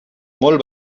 molt